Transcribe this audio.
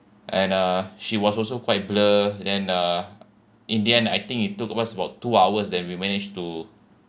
and uh she was also quite blur then uh in the end I think it took us about two hours then we managed to